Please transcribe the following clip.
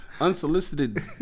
unsolicited